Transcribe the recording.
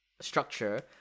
structure